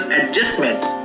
adjustments